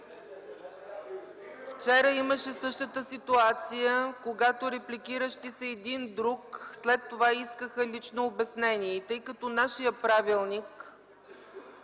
вчера имаше същата ситуация, когато репликиращи се един друг след това искаха лично обяснение. Тъй като нашият правилник